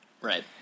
Right